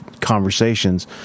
conversations